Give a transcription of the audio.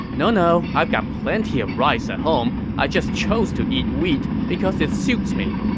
no no, i've got plenty of rice at home i just chose to eat wheat because it suits me.